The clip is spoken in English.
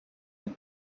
and